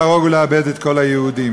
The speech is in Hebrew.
להרוג ולאבד את כל היהודים,